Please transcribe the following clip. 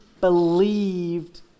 believed